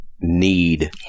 need